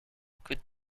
could